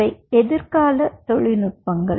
இவை எதிர்கால தொழில்நுட்பங்கள்